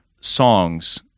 songs